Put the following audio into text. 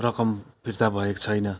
रकम फिर्ता भएको छैन